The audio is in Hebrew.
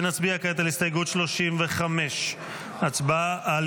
ונצביע כעת על הסתייגות 35. הצבעה על